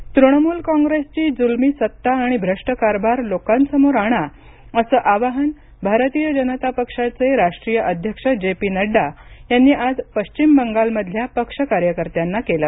नडडा तृणमूल काँग्रेसची जुलमी सत्ता आणि भ्रष्ट कारभार लोकांसमोर आणा असं आवाहन भारतीय जनता पक्षाचे राष्ट्रीय अध्यक्ष जे पी नड्डा यांनी आज पश्चिम बंगाल मधल्या पक्ष कार्यकर्त्यांना केलं